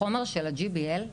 החומר של ה-GBL ,